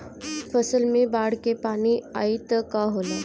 फसल मे बाढ़ के पानी आई त का होला?